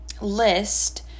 list